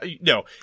No